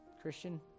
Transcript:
Christian